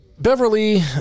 Beverly